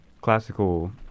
classical